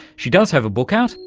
she does have a book out,